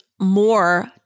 more